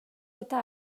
eta